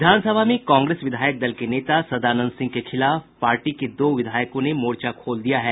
विधानसभा में कांग्रेस विधायक दल के नेता सदानंद सिंह के खिलाफ पार्टी के दो विधायकों ने मोर्चा खोल दिया है